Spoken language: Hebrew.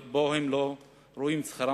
שהם לא רואים את שכרם